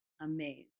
amazed